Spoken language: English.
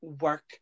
work